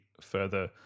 further